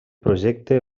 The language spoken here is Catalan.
projecte